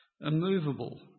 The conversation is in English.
immovable